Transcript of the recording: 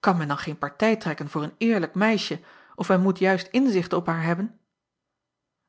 an men dan geen partij trekken voor een eerlijk meisje of men moet juist inzichten op haar hebben